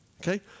okay